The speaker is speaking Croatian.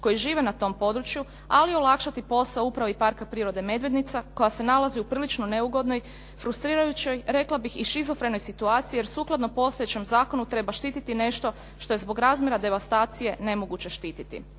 koji žive na tom području ali i olakšati posao upravo i Parka prirode Medvednica koja se nalazi u prilično neugodnoj, frustrirajućoj rekla bih i šizofrenoj situaciji jer sukladno postojećem zakonu treba štititi nešto što je zbog razmjera devastacije nemoguće štititi.